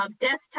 desktop